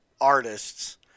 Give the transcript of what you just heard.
artists